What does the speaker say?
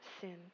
sin